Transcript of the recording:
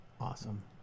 Awesome